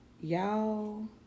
Y'all